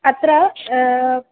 अत्र